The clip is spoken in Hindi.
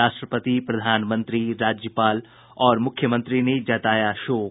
राष्ट्रपति प्रधानमंत्री राज्यपाल और मुख्यमंत्री ने जताया शोक